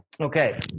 Okay